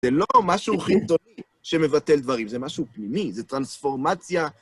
זה לא משהו חיצוני שמבטל דברים, זה משהו פנימי, זה טרנספורמציה.